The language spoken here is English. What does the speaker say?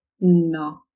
No